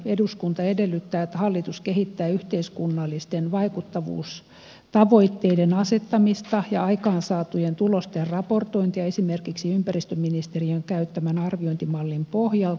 eduskunta edellyttää että hallitus kehittää yhteiskunnallisten vaikuttavuustavoitteiden asettamista ja aikaansaatujen tulosten raportointia esimerkiksi ympäristöministeriön käyttämän arviointimallin pohjalta